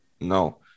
No